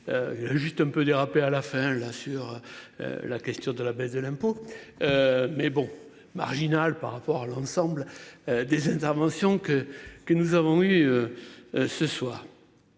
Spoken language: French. vous. Juste un peu dérapé. À la fin là sur. La question de la baisse de l'impôt. Mais bon marginal par rapport à l'ensemble des interventions que que nous avons eu. Ce soir.